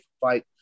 fight